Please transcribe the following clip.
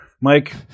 mike